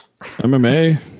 mma